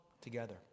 together